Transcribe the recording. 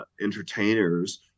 entertainers